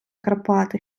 карпати